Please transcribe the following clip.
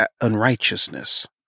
unrighteousness